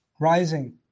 Rising